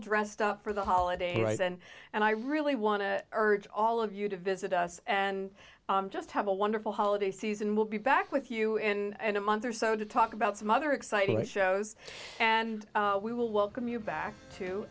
dressed up for the holidays and and i really want to urge all of you to visit us and just have a wonderful holiday season we'll be back with you and a month or so to talk about some other exciting shows and we will welcome you back to